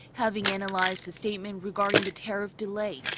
having analyzed the statement regading the tariff delay.